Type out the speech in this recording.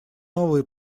новые